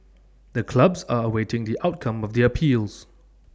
the clubs are awaiting the outcome of their appeals